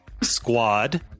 squad